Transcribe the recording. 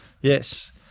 Yes